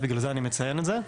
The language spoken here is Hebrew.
אז בגלל זה אני מציין את זה.